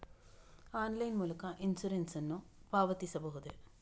Online ಮೂಲಕ insurance ನ್ನು ಪಾವತಿಸಬಹುದೇ?